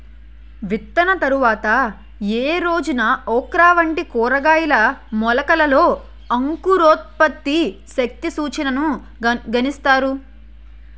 విత్తిన తర్వాత ఏ రోజున ఓక్రా వంటి కూరగాయల మొలకలలో అంకురోత్పత్తి శక్తి సూచికను గణిస్తారు?